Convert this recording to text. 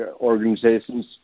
organizations